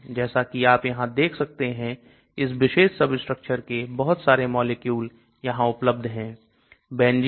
जैसा कि आप यहां देख सकते हैं इस विशेष सबस्ट्रक्चर के बहुत सारे मॉलिक्यूल यहां उपलब्ध है